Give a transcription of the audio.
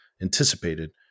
anticipated